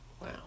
Wow